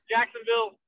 Jacksonville